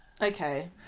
Okay